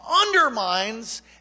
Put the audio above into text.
undermines